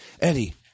Eddie